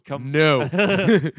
no